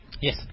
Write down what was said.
yes